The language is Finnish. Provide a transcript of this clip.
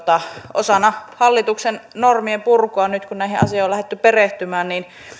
osana hallituksen normien purkua nyt kun näihin asioihin on lähdetty perehtymään